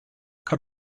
cut